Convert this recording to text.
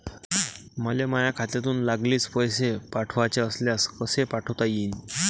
मले माह्या खात्यातून लागलीच पैसे पाठवाचे असल्यास कसे पाठोता यीन?